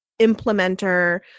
implementer